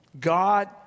God